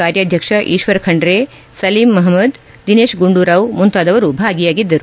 ಕಾರ್ಯಾಧ್ಯಕ್ಷ ಈಶ್ವರ ಖಂಡ್ರೆ ಸಲೀಂ ಮಹ್ಮದ್ ದಿನೇಶ್ ಗುಂಡೂರಾವ್ ಮುಂತಾದವರು ಭಾಗಿಯಾಗಿದ್ದರು